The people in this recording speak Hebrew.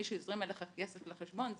שמישהו הזרים לך כסף לחשבון,